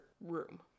room